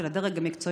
של הדרג המקצועי,